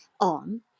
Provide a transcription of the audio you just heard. on